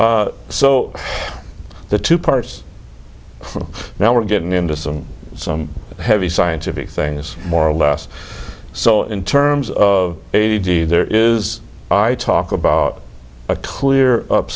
that so the two parts now we're getting into some some heavy scientific things more or less so in terms of ag there is i talk about a clear up